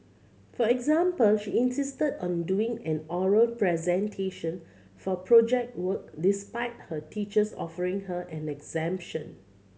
for example she insisted on doing an oral presentation for Project Work despite her teachers offering her an exemption